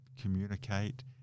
communicate